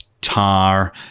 tar